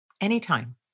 anytime